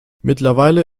mittlerweile